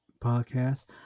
podcast